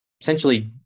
essentially